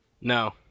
No